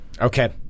Okay